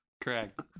correct